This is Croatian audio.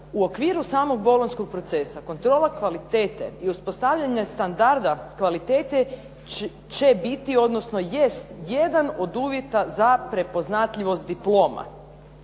U okviru samog Bolonjskog procesa kontrola kvalitete i uspostavljanje standarda kvalitete će biti odnosno jest jedan od uvjeta za prepoznatljivost diploma.